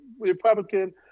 Republican